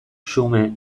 xume